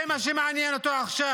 זה מה שמעניין אותו עכשיו.